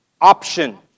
option